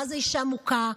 מה זה אישה מוכה,